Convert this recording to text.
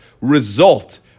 result